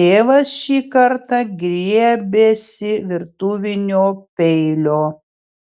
tėvas šį kartą griebėsi virtuvinio peilio